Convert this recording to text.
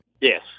Yes